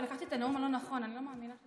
אוי לקחתי את הנאום הלא-נכון, אני לא מאמינה.